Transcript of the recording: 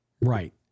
Right